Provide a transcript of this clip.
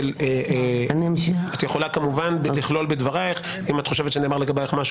כנראה שלא רוצים לתת לי לדבר בחדר הוועדה.